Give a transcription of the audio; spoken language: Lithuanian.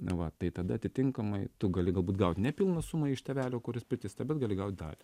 va tai tada atitinkamai tu gali galbūt gauti ne pilną sumą iš tėvelio kuris priteista bet gali gaut dalį